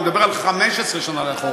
אני מדבר על 15 שנה לאחור.